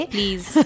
Please